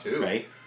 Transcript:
right